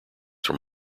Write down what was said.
from